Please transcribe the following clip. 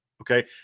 okay